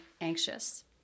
anxious